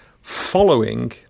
following